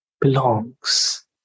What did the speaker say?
belongs